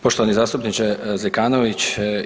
Poštovani zastupniče Zekanović.